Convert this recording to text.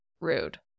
rude